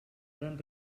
gran